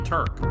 Turk